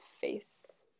face